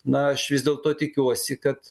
na aš vis dėlto tikiuosi kad